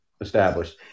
established